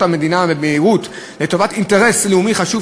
המדינה במהירות לטובת אינטרס לאומי חשוב,